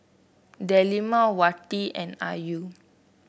Delima Wati and Ayu